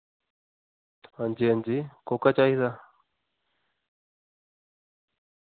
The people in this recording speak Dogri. हां जी हां जी कोह्का चाहिदा